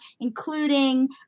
including